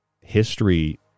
history